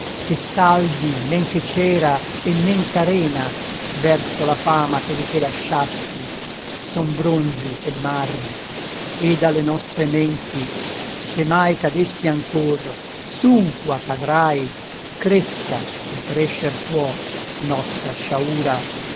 che saldi men che cera e men ch'arena verso la fama che di te lasciasti son bronzi e marmi e dalle nostre menti se mai cadesti ancor s'unqua cadrai cresca se crescer può nostra sciaura e in